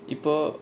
இப்போ:ippo